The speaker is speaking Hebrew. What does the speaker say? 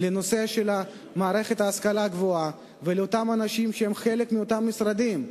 לנושא של מערכת ההשכלה הגבוהה ולאותם אנשים שהם חלק מאותם משרדים.